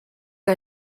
que